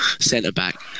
centre-back